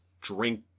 drink